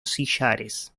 sillares